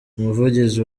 umuvugizi